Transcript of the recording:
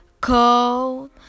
cold